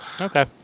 okay